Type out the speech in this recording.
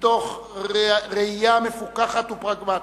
מתוך ראייה מפוכחת ופרגמטית,